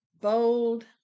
Bold